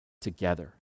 together